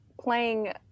playing